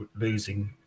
losing